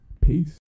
Peace